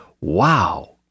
wow